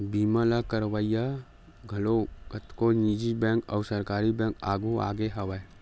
बीमा ल करवइया घलो कतको निजी बेंक अउ सरकारी बेंक आघु आगे हवय